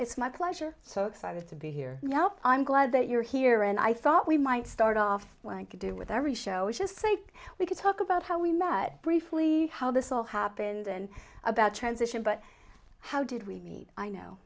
it's my pleasure so excited to be here now i'm glad that you're here and i thought we might start off when i could do with every show or just say we could talk about how we met briefly how this all happened and about transition but how did we i know